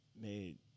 made